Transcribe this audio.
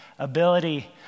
Ability